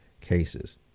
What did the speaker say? cases